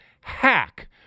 hack